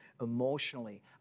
emotionally